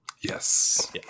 yes